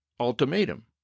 Ultimatum